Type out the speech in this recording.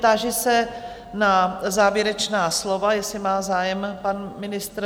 Táži se na závěrečná slova, jestli má zájem pan ministr?